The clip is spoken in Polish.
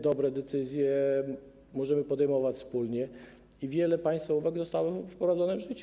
Dobre decyzje możemy podejmować wspólnie i wiele państwa uwag zostało wprowadzonych w życie.